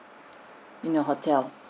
in your hotel